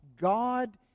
God